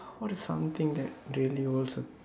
what is something that daily was a